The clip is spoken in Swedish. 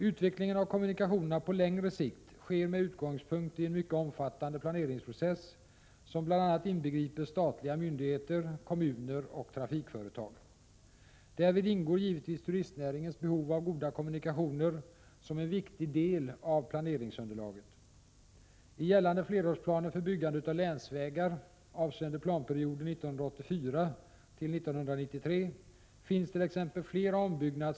Utvecklingen av kommunikationerna på längre sikt sker med utgångs punkt i en mycket omfattande planeringsprocess som bl.a. inbegriper statliga myndigheter, kommuner och trafikföretag. Därvid ingår givetvis turistnäringens behov av goda kommunikationer som en viktig del av planeringsunderlaget. I gällande flerårsplaner för byggande av länsvägar, avseende planperioden 1984-1993, finns t.ex. flera Ombyggnad.